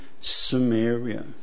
Samaria